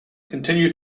continued